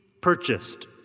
purchased